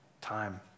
time